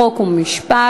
חוק ומשפט